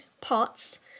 POTS